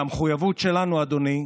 והמחויבות שלנו, אדוני,